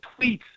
tweets